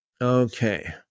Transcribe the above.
okay